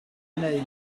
wneud